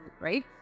right